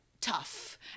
tough